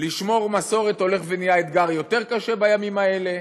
לשמור מסורת הולך ונהיה אתגר יותר קשה בימים האלה,